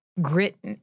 grit